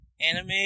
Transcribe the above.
anime